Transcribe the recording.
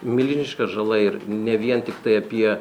milžiniška žala ir ne vien tiktai apie